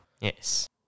Yes